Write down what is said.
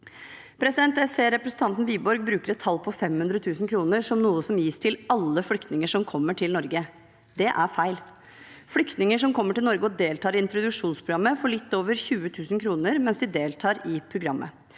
Jeg ser at representanten Wiborg bruker et tall på 500 000 kr som noe som gis til alle flyktninger som kommer til Norge. Det er feil. Flyktninger som kommer til Norge og deltar i introduksjonsprogrammet, får litt over 20 000 kr mens de deltar i programmet.